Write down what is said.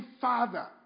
father